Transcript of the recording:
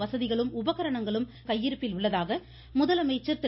வசதிகளும் உபகரணங்களும் கையிருப்பில் உள்ளதாக முதலமைச்சர் திரு